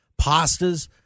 pastas